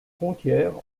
frontière